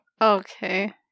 Okay